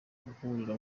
guhurira